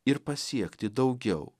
ir pasiekti daugiau